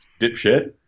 dipshit